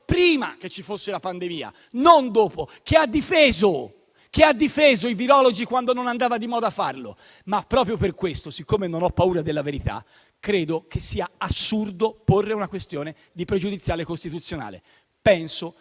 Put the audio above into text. prima che ci fosse la pandemia (non dopo) e ha difeso i virologi quando non andava di moda farlo. Ma proprio per questo, siccome non ho paura della verità, credo che sia assurdo porre una questione pregiudiziale di costituzionalità. Penso